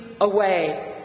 away